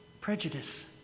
prejudice